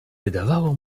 wydawało